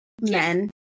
men